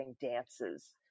dances